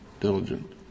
diligent